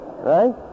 Right